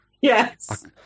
Yes